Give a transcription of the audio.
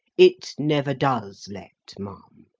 it never does let, ma'am.